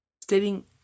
stating